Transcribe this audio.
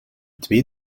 twee